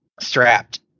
strapped